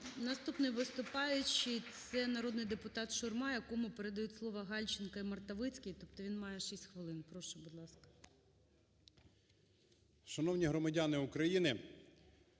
Наступний виступаючий - це народний депутат Шурма, якому передають слово Гальченко і Мартовицький, тобто він має 6 хвилин. Прошу, будь ласка. 13:51:02 ШУРМА І.М. Шановні громадяни України,